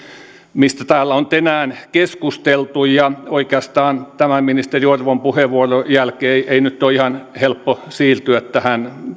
mistä täällä on tänään keskusteltu ja oikeastaan tämän ministeri orvon puheenvuoron jälkeen ei ei nyt ole ihan helppo siirtyä tähän